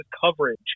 coverage